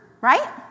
right